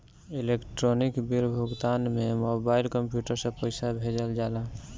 electronic bill भुगतान में mobile, computer से पईसा भेजल जाला